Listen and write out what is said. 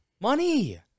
money